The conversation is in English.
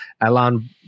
Alan